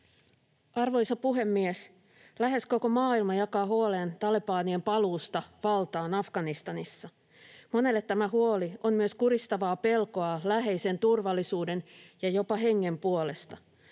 Arvoisa puhemies! Lähes koko maailma jakaa huolen talebanien paluusta valtaan Afganistanissa. Monelle tämä huoli on myös kuristavaa pelkoa läheisen turvallisuuden ja jopa hengen puolesta.